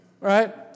right